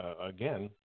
again